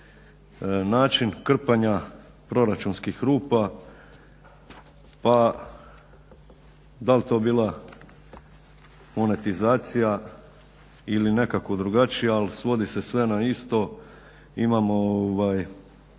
način krpanja proračunskih rupa, pa dal' to bila monetizacija ili nekako drugačije, ali svodi se sve na isto. Imamo